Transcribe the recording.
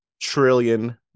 trillion